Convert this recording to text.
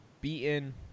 beaten –